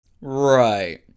Right